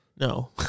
No